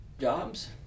jobs